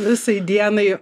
visai dienai